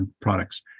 products